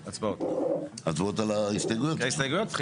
כך אנחנו הולכים להליך של הצבעה בלי הנמקה של הסתייגויות כמו שסוכם,